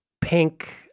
pink